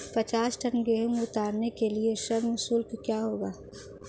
पचास टन गेहूँ उतारने के लिए श्रम शुल्क क्या होगा?